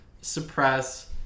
suppress